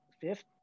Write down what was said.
fifth